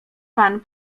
pan